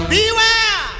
Beware